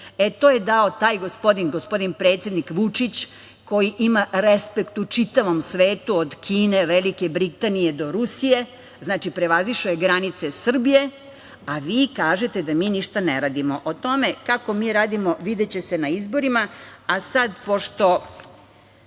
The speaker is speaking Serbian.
To je dao taj gospodin, gospodin predsednik Vučić, koji ima respekt u čitavom svetu, od Kine, Velike Britanije, do Rusije. Znači, prevazišao je granice Srbije, a vi kažete da mi ništa ne radimo.O tome kako mi radimo videće se na izborima, a sad pošto